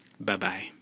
Bye-bye